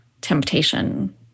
temptation